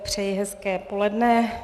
Přeji hezké poledne.